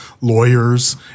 lawyers